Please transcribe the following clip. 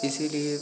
इसीलिए